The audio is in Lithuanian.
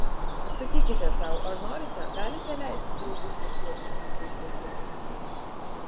atsakykite sau ar norite galite leisti draugei flirtuoti su kitais vaikinais